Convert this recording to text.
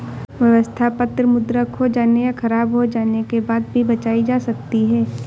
व्यवस्था पत्र मुद्रा खो जाने या ख़राब हो जाने के बाद भी बचाई जा सकती है